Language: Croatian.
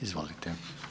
Izvolite.